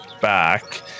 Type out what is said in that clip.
back